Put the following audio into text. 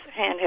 handheld